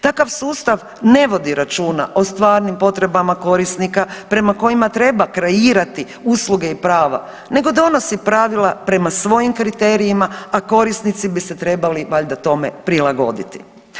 Takav sustav ne vodi računa o stvarnim potrebama korisnika prema kojima treba kreirati usluge i prava nego donosi pravila prema svojim kriterijima, a korisnici bi se trebali valjda tome prilagoditi.